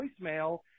voicemail